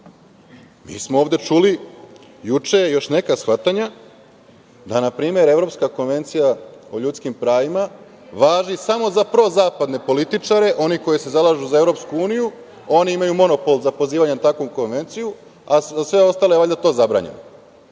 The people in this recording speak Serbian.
smo ovde čuli juče još neka shvatanja da npr. Evropska konvencija o ljudskim pravima važi samo za prozapadne političare. Oni koji se zalažu za EU, oni imaju monopol za pozivanje na takvu konvenciju, a za sve ostale je to valjda zabranjeno,